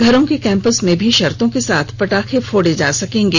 घरों के कैंपस में भी शर्तों के साथ पटाखे फोडे जा सकेंगे